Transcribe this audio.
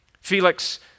Felix